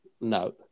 No